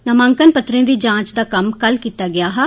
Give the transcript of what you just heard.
नामांकन पत्रें दी जांच दा कम्म कल कीता गेआ हा